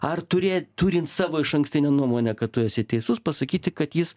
ar turė turint savo išankstinę nuomonę kad tu esi teisus pasakyti kad jis